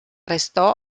restò